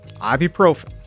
Ibuprofen